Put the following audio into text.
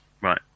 Right